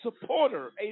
supporter